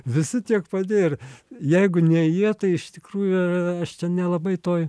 visi tiek padėjo ir jeigu ne jie tai iš tikrųjų aš čia nelabai toj